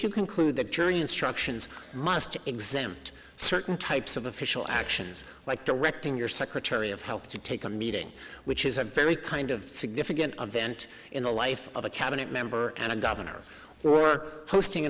you conclude that jury instructions must exempt certain types of official actions like directing your secretary of health to take a meeting which is a very kind of significant event in the life of a cabinet member and a governor were hosting an